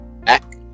back